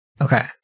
okay